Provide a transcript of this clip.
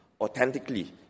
authentically